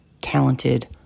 talented